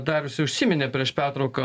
darius jau užsiminė prieš pertrauką